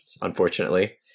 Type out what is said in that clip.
unfortunately